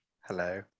Hello